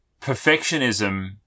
Perfectionism